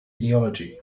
ideology